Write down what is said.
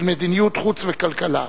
של מדיניות חוץ ושל כלכלה.